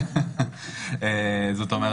זאת אומר,